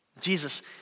Jesus